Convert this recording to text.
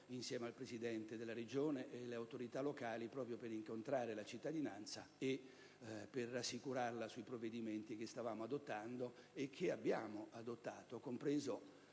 insieme al presidente della Regione e alle autorità locali, proprio per incontrare la cittadinanza e rassicurarla sui provvedimenti che stavamo adottando e che abbiamo adottato. Infatti